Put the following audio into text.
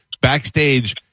backstage